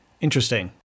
Interesting